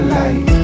light